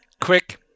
quick